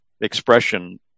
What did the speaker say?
expression